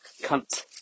Cunt